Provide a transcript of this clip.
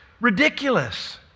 ridiculous